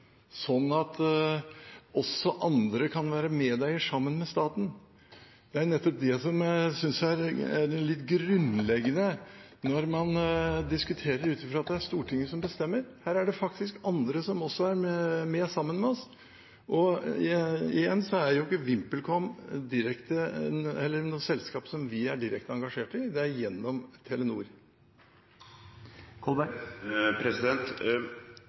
sånn at også andre kan være medeier sammen med staten. Det er nettopp det som, synes jeg, er litt grunnleggende når man diskuterer ut fra at det er Stortinget som bestemmer. Her er det faktisk andre som også er med, sammen med oss. Og igjen: VimpelCom er ikke noe selskap som vi er direkte engasjert i, det er gjennom Telenor.